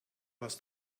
hast